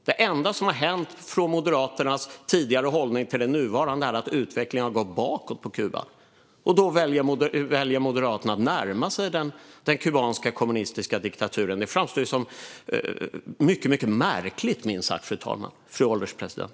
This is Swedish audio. Det enda som har hänt från Moderaternas tidigare hållning till den nuvarande är att utvecklingen har gått bakåt på Kuba, och då väljer Moderaterna att närma sig den kubanska kommunistiska diktaturen. Det framstår som minst sagt märkligt, fru ålderspresident.